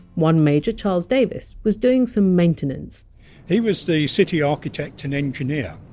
one major charles davis was doing some maintenance he was the city architect and engineer,